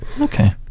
Okay